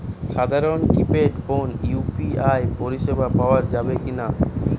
সাধারণ কিপেড ফোনে ইউ.পি.আই পরিসেবা পাওয়া যাবে কিনা?